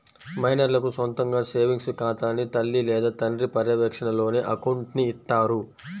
మైనర్లకు సొంతగా సేవింగ్స్ ఖాతాని తల్లి లేదా తండ్రి పర్యవేక్షణలోనే అకౌంట్ని ఇత్తారు